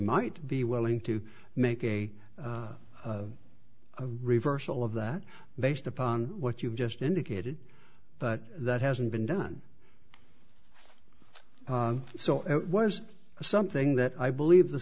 might be willing to make a reversal of that based upon what you've just indicated but that hasn't been done so it was something that i believe the